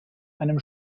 einem